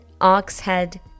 Oxhead